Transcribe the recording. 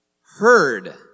heard